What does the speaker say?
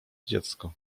dziecko